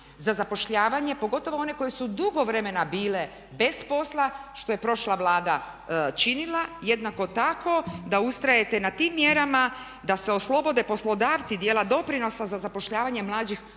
za zapošljavanje, pogotovo one koje su dugo vremena bile bez posla što je prošla Vlada činila, jednako tako da ustrajete na tim mjerama, da se oslobode poslodavci dijela doprinosa za zapošljavanje mlađih i